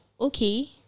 okay